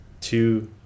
two